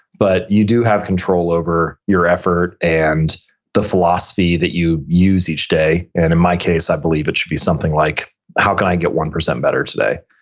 but you do have control over your effort and the philosophy that you use each. and in my case, i believe it should be something like how can i get one percent better today?